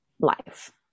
life